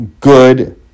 good